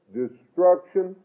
destruction